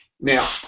Now